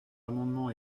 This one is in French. amendement